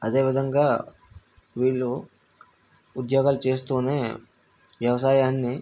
అదేవిధంగా వీళ్ళు ఉద్యోగాలు చేస్తు వ్యవసాయాన్ని